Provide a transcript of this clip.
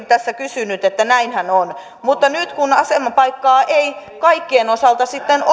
tässä kysynyt että näinköhän on mutta nyt kun asemapaikkaa ei kaikkien osalta sitten